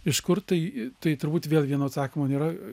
iš kur tai tai turbūt vėl vieno atsakymo nėra